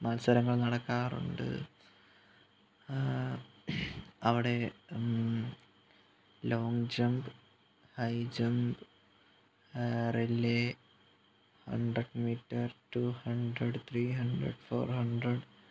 മത്സരങ്ങൾ നടക്കാറുണ്ട് അവിടെ long jump high jump relay hundred metre two hundred three hundred four hundred